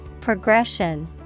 Progression